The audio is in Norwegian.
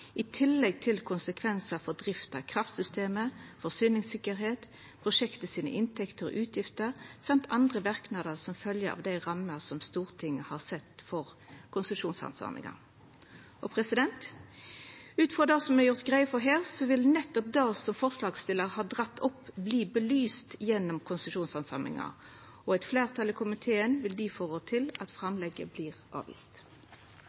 i tillegg til konsekvensar for drifta av kraftsystemet, forsyningssikkerheita, inntekter og utgifter og andre verknader som følgjer av dei rammene Stortinget har sett for konsesjonshandsaminga. Ut frå det som er gjort greie for her, vil nettopp det som forslagsstillaren har drege opp, verta belyst gjennom konsesjonshandsaminga, og eit fleirtal i komiteen vil difor rå til at framlegget vert avvist.